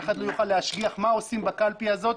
אחד לא יוכל להשגיח מה עושים בקלפי הזאת.